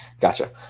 Gotcha